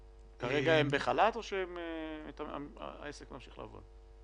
כרגע הם בחל"ת או שהעסק ממשיך לעבוד?